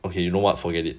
okay you know what forget it